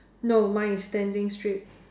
no mine is standing straight